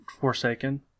Forsaken